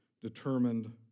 determined